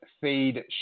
feed